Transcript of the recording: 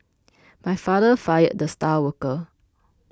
my father fired the star worker